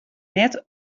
net